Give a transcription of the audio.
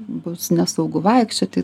bus nesaugu vaikščioti